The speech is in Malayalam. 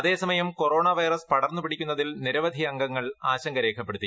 അതേസമയം കൊറോണ വൈറസ് പടർന്നു പിടിക്കുന്നതിൽ നിരവധി അംഗങ്ങൾ ആശങ്ക രേഖപ്പെടുത്തി